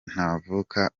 ntavuka